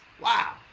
Wow